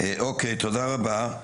אוקיי, תודה רבה.